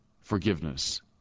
forgiveness